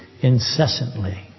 incessantly